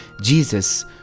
Jesus